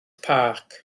park